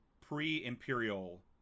pre-imperial